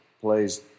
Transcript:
plays